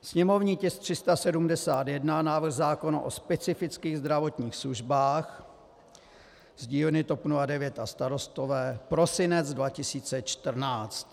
Sněmovní tisk 371, návrh zákona o specifických zdravotních službách z dílny TOP 09 a Starostové prosinec 2014.